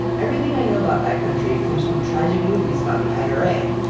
everything i know about that country comes from tragic movies about the ira.